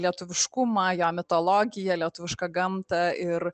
lietuviškumą jo mitologiją lietuvišką gamtą ir